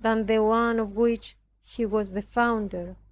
than the one of which he was the founder,